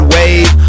Wave